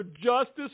justice